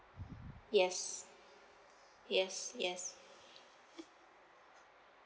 yes yes yes